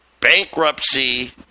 bankruptcy